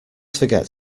forget